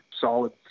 solid